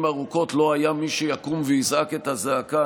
ארוכות לא היה מי שיקום ויזעק את הזעקה,